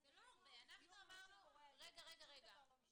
זה משהו שמרחיב את כל היריעה ואני רוצה לעשות את זה בהתייעצות.